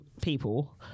people